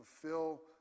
fulfill